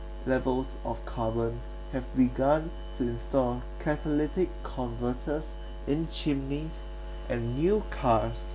levels of carbon have begun to install catalytic converters in chimneys and new cars